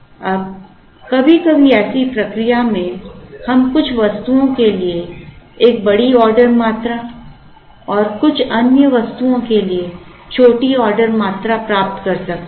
अब कभी कभी ऐसी प्रक्रिया में हम कुछ वस्तुओं के लिए एक बड़ी ऑर्डर मात्रा और कुछ अन्य वस्तुओं के लिए छोटी ऑर्डर मात्रा प्राप्त कर सकते हैं